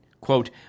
quote